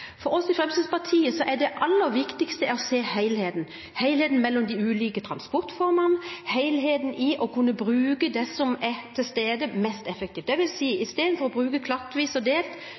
For oss i Fremskrittspartiet er det aller viktigste å se helheten – helheten mellom de ulike transportformene, helheten når det gjelder å bruke det som er til stede, mest effektivt. Det vil si at i stedet for å bygge klattvis og delt,